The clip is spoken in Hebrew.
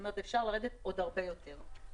אפשר לרדת עוד הרבה יותר.